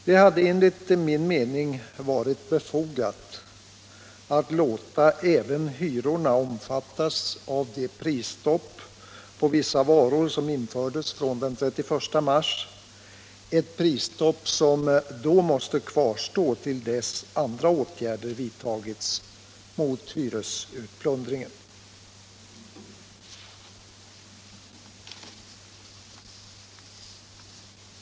Det hade enligt min mening varit befogat att låta även hyrorna omfattas av det prisstopp på vissa varor som infördes från den 31 mars, ett prisstopp som då måste kvarstå till dess att andra åtgärder vidtagits mot hyresutplundringen.